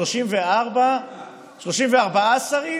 34 שרים